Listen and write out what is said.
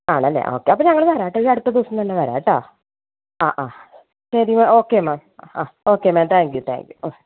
ആണല്ലേ ഓക്കെ അപ്പോൾ ഞങ്ങൾ വരാം കേട്ടോ ഈ അടുത്ത ദിവസം തന്നെ വരാം കേട്ടോ ആ ആ ശരി മാം ഓക്കെ മാം ആ okay ma'am thank you thank you okay